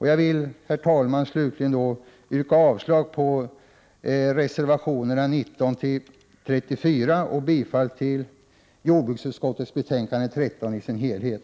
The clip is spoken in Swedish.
Jag vill, herr talman, slutligen yrka avslag på reservationerna 19-34 och bifall till jordbruksutskottets hemställan i dess betänkande 13 i dess helhet.